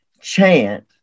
chant